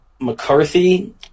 McCarthy